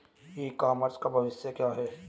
ई commerce का भविष्य क्या है?